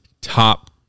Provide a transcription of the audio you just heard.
top